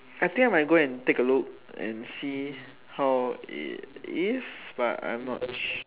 I think I might go and take a look and see how it is but I'm not sure